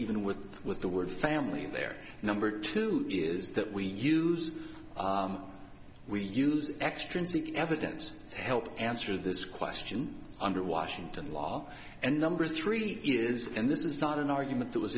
even with the with the word family in there number two is that we use we use extrinsic evidence helped answer this question under washington law and number three is and this is not an argument that was